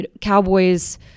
cowboys